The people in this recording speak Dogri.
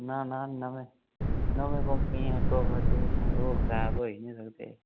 ना ना नमें नमें कंपनी दे आटो आवदे ओह् खराब होई नेईं सकदे